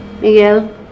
Miguel